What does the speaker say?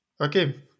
Okay